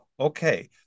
Okay